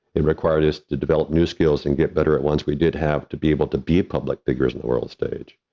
it required us to develop new skills and get better at once we did have to be able to be public figures in the world stage.